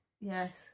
Yes